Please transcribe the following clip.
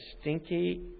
stinky